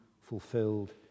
fulfilled